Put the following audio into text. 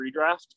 redraft